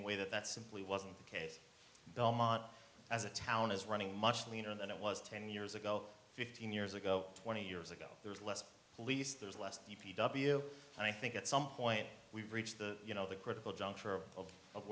away that that simply wasn't the case belmont as a town is running much leaner than it was ten years ago fifteen years ago twenty years ago there's less police there's less d p w and i think at some point we've reached the you know the critical juncture of of